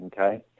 Okay